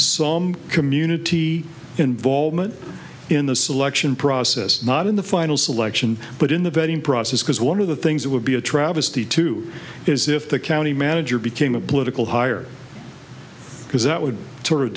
some community involvement in the selection process not in the final selection but in the vetting process because one of the things that would be a travesty too is if the county manager became a political hire because that would sort of